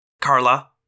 Carla